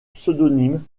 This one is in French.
pseudonyme